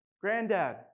Granddad